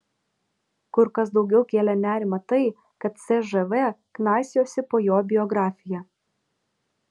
kur kas daugiau kėlė nerimą tai kad cžv knaisiojasi po jo biografiją